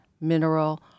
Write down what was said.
mineral